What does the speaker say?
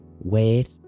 Wait